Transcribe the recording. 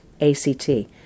A-C-T